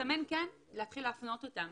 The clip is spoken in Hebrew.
מסמן כן, להתחיל להפנות אותם.